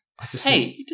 Hey